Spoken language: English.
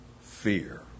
fear